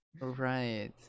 Right